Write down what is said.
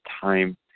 time